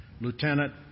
Lieutenant